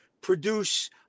produce